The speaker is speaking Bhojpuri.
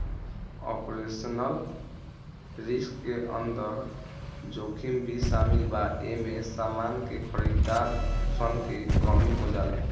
ऑपरेशनल रिस्क के अंदर जोखिम भी शामिल बा एमे समान के खरीदार सन के कमी हो जाला